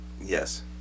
Yes